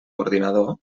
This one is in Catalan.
ordinador